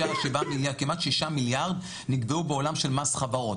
כמעט 6 מיליארד ניגבו בעולם של מס חברות,